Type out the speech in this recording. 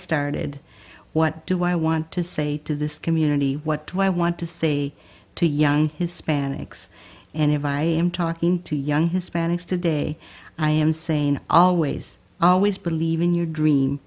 started what do i want to say to this community what do i want to say to young hispanics and if i am talking to young hispanics today i am saying always always believe in your dream